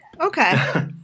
Okay